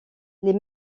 les